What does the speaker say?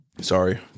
sorry